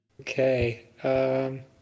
Okay